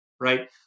right